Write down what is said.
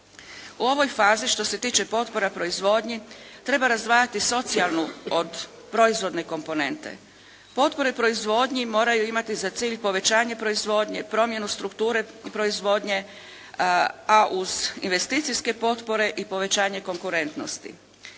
U ovoj fazi što se tiče potpora proizvodnji treba razdvajati socijalnu od proizvodne komponente. Potpore u proizvodnji moraju imati za cilj povećanje proizvodnje, promjenu strukture proizvodnje, a uz investicijske potpore i povećanje konkurentnosti.